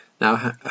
Now